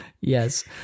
Yes